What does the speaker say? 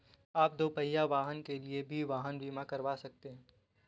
आप दुपहिया वाहन के लिए भी वाहन बीमा करवा सकते हैं